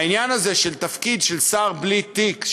העניין הזה של תפקיד של שר בלי תיק,